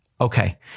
Okay